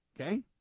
okay